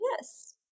yes